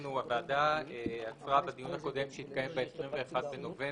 הוועדה עצרה בדיון הקודם שהתקיים ב-21.11